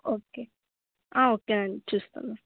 okay okay అండి చూస్తాను